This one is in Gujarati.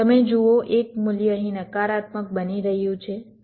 તમે જુઓ એક મૂલ્ય અહીં નકારાત્મક બની રહ્યું છે 0